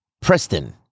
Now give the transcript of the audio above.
Preston